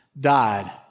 died